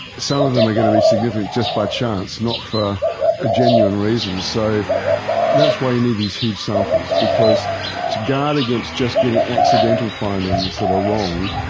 some of them ah going to be significant just by chance, not for a genuine reason. so that's why you need these huge samples because to guard against just getting accidental findings that are wrong,